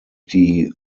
die